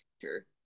teacher